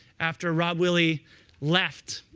after rob willie left,